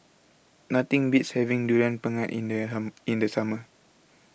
Nothing Beats having Durian Pengat in There Ham in The Summer